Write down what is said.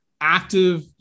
active